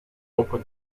open